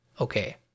okay